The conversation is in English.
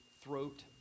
throat